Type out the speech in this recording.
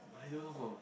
I don't know got